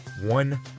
one